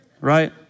Right